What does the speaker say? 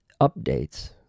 updates